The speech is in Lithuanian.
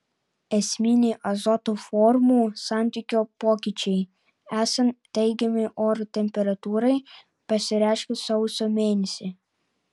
esminiai azoto formų santykio pokyčiai esant teigiamai oro temperatūrai pasireiškia sausio mėnesį